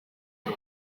ngo